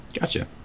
Gotcha